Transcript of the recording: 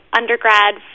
undergrad